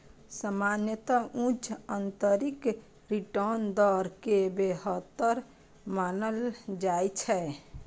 सामान्यतः उच्च आंतरिक रिटर्न दर कें बेहतर मानल जाइ छै